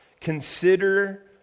consider